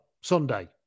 Sunday